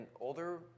older